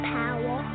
power